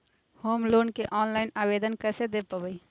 Home loan के online आवेदन कैसे दें पवई?